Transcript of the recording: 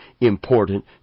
important